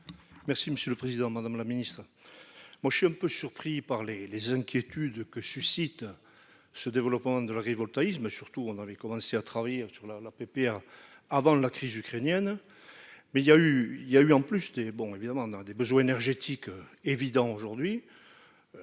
Merci monsieur le Président, Madame la Ministre, moi je suis un peu surpris par les les inquiétudes que suscite ce développement de l'agrivoltaïsme surtout, on avait commencé à travailler sur la la PPA avant la crise ukrainienne, mais il y a eu, il y a eu en plus es bon évidemment dans des besoins énergétiques évident aujourd'hui,